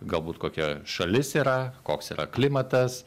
galbūt kokia šalis yra koks yra klimatas